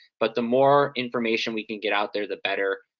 but the more information we can get out there, the better.